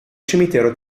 cimitero